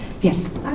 yes